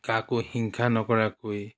কাকো হিংসা নকৰাকৈ